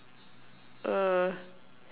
err